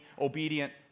obedient